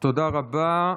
תודה רבה.